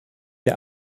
der